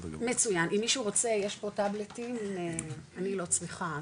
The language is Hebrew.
מצוין, אם מישהו רוצה יש פה טאבלט, אני לא צריכה.